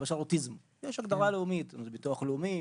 למשל: על אוטיזם יש הגדרה לאומית של ביטוח לאומי,